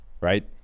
Right